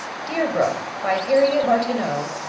deerbrook, by harriet martineau.